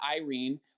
Irene